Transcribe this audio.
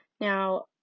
Now